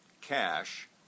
cash